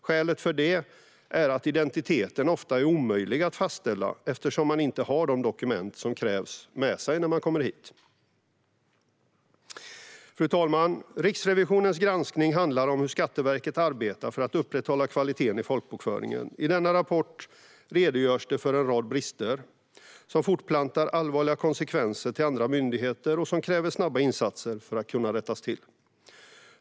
Skälet till det är att identiteten ofta är omöjlig att fastställa, eftersom man inte har de dokument som krävs med sig när man kommer hit. Fru talman! Riksrevisionens granskning handlar om hur Skatteverket arbetar för att upprätthålla kvaliteten i folkbokföringen. I denna rapport redogörs det för en rad brister som fortplantar allvarliga konsekvenser till andra myndigheter och som kräver snabba insatser för att kunna rättas till.